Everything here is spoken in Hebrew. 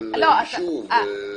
גודל יישוב, מה?